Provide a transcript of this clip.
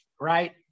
right